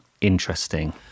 interesting